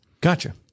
Gotcha